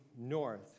North